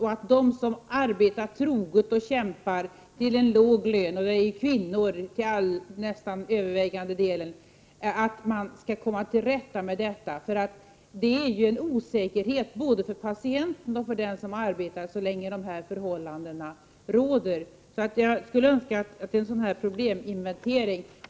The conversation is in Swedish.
Man måste komma till rätta med situationen för dem som arbetar troget och kämpar till en låg lön — till övervägande delen kvinnor. Så länge dessa förhållanden råder innebär detta en osäkerhet för såväl patienter som för personalen. Jag önskar att också personalens situation tas upp i en sådan probleminventering.